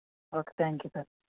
okay thank you sir